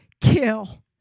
kill